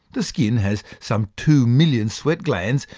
the skin has some two million sweat glands,